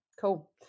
Cool